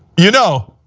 you know,